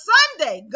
Sunday